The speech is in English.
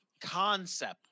concept